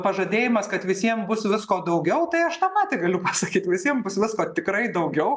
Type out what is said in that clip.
pažadėjimas kad visiem bus visko daugiau tai aš tą patį galiu pasakyt visiem bus visko tikrai daugiau